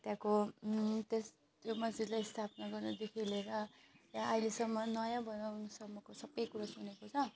त्यहाँको त्यस त्यो मस्जिदले स्थापना गर्नुदेखि लिएर त्यहाँ अहिलेसम्म नयाँ बनाउनुसम्मको सबै कुरा सुनेको छ